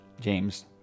James